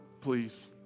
please